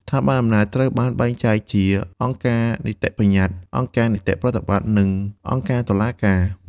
ស្ថាប័នអំណាចរដ្ឋត្រូវបានបែងចែកជាអង្គការនីតិបញ្ញត្តិ អង្គការនីតិប្រតិបត្តិ និងអង្គការតុលាការ។